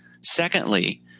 Secondly